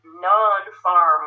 non-farm